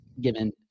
given